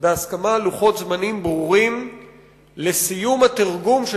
בהסכמה על לוחות זמנים ברורים לסיום התרגום של